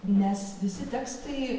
nes visi tekstai